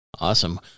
Awesome